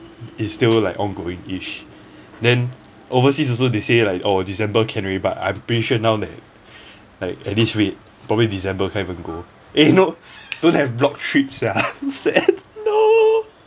it's still like ongoing ish then overseas also they say like oh december can already but I'm pretty sure now that like at least wait probably december can't even go eh no don't have blocked trips ah sad no